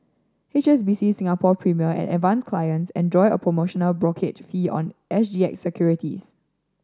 H S B C Singapore Premier and Advance clients enjoy a promotional brokerage fee on S G X securities